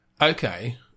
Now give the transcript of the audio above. Okay